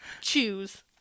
Choose